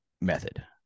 method